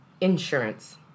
insurance